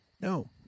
No